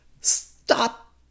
stop